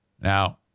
Now